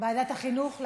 ועדת החינוך?